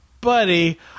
buddy